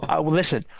listen